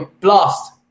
Blast